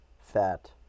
fat